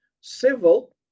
civil